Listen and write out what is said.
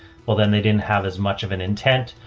well then they didn't have as much of an intent.